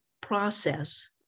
process